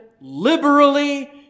liberally